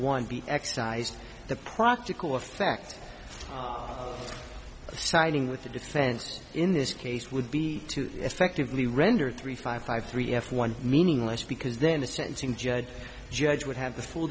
one be excised the practical effect of siding with the defense in this case would be to effectively render three five five three f one meaningless because then the sentencing judge judge would have the full